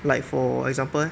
like for example leh